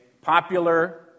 popular